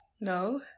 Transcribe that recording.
No